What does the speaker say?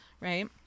right